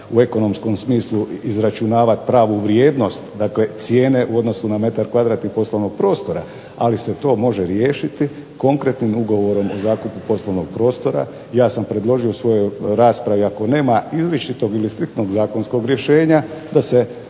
u ekonomskom smislu izračunavati pravu vrijednost dakle cijene u odnosu na metar kvadratni poslovnog prostora, ali se to može riješiti konkretnim ugovorom o zakupu poslovnog prostora, ja sam predložio u svojoj raspravi ako nema izričitog ili striktnog zakonskog rješenja da se